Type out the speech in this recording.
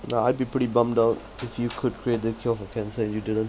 nah I'd be pretty bummed out if you could create the cure for cancer and you didn't